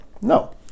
No